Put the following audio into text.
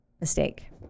mistake